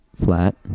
flat